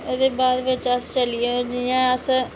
एह्दे बाद अस चली जन्ने एह्दे बाद अस